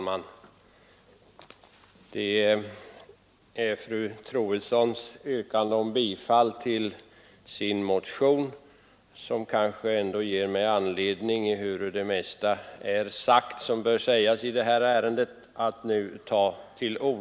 Herr talman! Fru Troedssons yrkande om bifall till sin motion ger mig anledning att nu ta till orda, ehuru det mesta är sagt som bör sägas i det här ärendet.